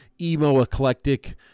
emo-eclectic